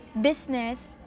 business